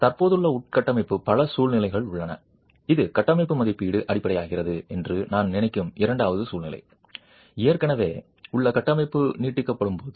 தற்போதுள்ள உள்கட்டமைப்பு பல சூழ்நிலைகள் உள்ளன இது கட்டமைப்பு மதிப்பீடு அடிப்படையாகிறது என்று நான் நினைக்கும் இரண்டாவது சூழ்நிலை ஏற்கனவே உள்ள உள்கட்டமைப்பு நீட்டிக்கப்படும்போது